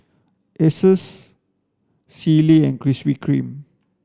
Asus Sealy and Krispy Kreme